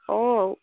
औ